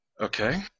Okay